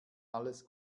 alles